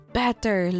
better